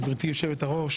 גברתי היושבת-ראש,